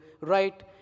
right